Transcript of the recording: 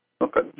Okay